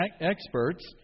experts